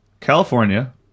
California